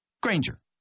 Granger